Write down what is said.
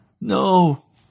No